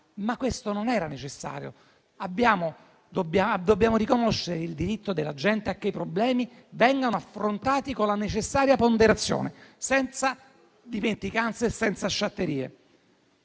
Ma questo non era necessario. Dobbiamo riconoscere il diritto della gente a che i problemi vengano affrontati con la necessaria ponderazione, senza dimenticanze e senza sciatterie.